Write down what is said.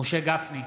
משה גפני,